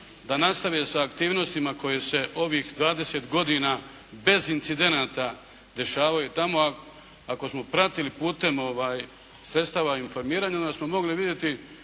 da nastave sa aktivnostima koje se ovih 20 godina bez incidenata rješavaju tamo. Ako smo pratili putem sredstava informiranja onda smo mogli vidjeti